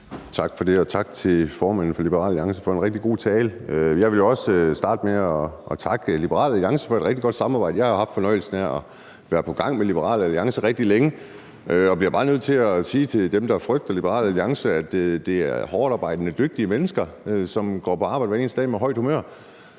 (DD): Tak for det, og tak til formanden for Liberal Alliance for en rigtig god tale. Jeg vil også starte med at takke Liberal Alliance for et rigtig godt samarbejde. Jeg har haft fornøjelsen af at sidde på samme gang som Liberal Alliance rigtig længe, og jeg bliver bare nødt til sige til dem, der frygter Liberal Alliance, at det er hårdtarbejdende, dygtige mennesker, som går på arbejde hver eneste dag med højt humør.